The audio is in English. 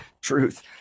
truth